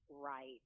right